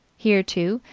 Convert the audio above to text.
here, too,